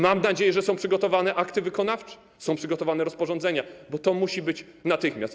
Mam nadzieję, że są przygotowane akty wykonawcze, są przygotowane rozporządzenia, bo to musi być natychmiast.